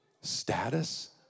status